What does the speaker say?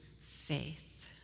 faith